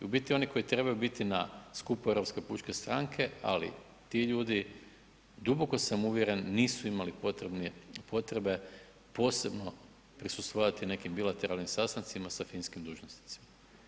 U biti oni koji trebaju biti na skupu Europske pučke stranke ali ti ljudi duboko sam uvjeren nisu imali potrebe posebno prisustvovati nekim bilateralnim sastancima sa finskim dužnosnicima.